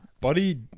Buddy